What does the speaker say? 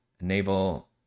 naval